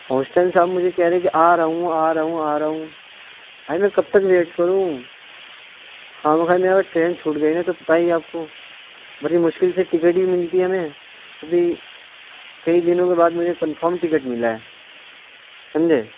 اور اس ٹائم سے آپ مجھے کہہ رہے ہیں آ رہا ہوں آ رہا ہوں آ رہا ہوں بھائی میں کب تک ویٹ کروں خواہ مخواہ میرا ٹرین چھوٹ گئی تو پتہ ہی ہے آپ کو بڑی مشکل سے ٹکٹ بھی ملتی ہے ہمیں ابھی کئی دنوں کے بعد مجھے کنفرم ٹکٹ ملا ہے سمجھے